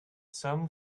some